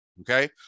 Okay